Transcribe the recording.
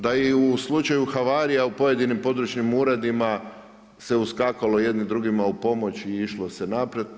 Da i u slučaju havarija u pojedinim područnim uredima se uskakalo jedni drugima u pomoć i išlo se naprijed.